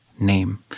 name